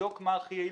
לבדוק מה הכי יעיל,